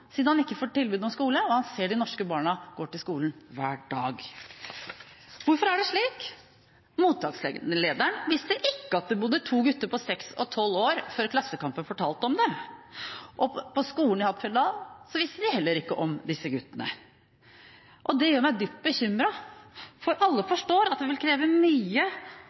siden han ikke får tilbud om skole, og han ser de norske barna går til skolen hver dag. Hvorfor er det slik? Mottakslederen visste ikke at det bodde to gutter på seks og tolv år der, før Klassekampen fortalte om det. På skolen i Hattfjelldal visste de heller ikke om disse guttene. Det gjør meg dypt bekymret. Alle forstår at det vil kreve mye